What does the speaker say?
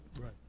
right